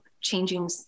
changing